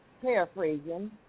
paraphrasing